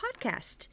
podcast